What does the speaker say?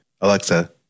Alexa